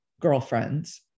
girlfriends